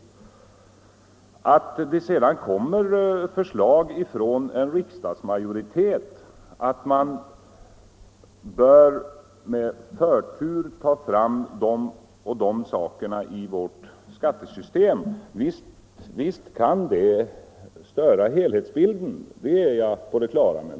Jag är på det klara med att det kan störa helhetsbilden att det läggs fram förslag från en riksdagsmajoritet om att vissa saker i vårt skattesystem skall tas fram och behandlas med förtur.